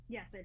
Yes